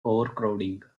overcrowding